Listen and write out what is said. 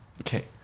Okay